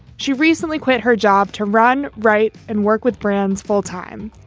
she recently quit her job to run right and work with brands full time.